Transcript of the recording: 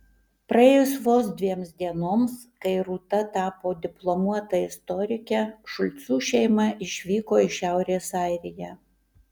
praėjus vos dviems dienoms kai rūta tapo diplomuota istorike šulcų šeima išvyko į šiaurės airiją